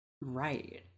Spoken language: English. right